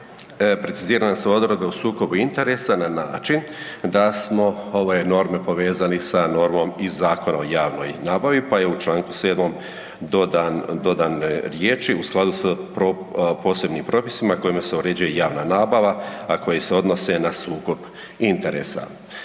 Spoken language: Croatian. precizirane su odredbe u sukobu interesa, na način da smo ove norme povezali sa normom iz Zakona o javnoj nabavi, pa je u čl. 7. dodan riječi „u skladu s posebnim propisima kojima se uređuje javna nabava, a koji se odnose na sukob interesa“.